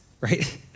right